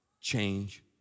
change